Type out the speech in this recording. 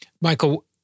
Michael